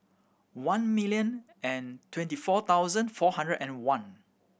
one million and twenty four thousand four hundred and one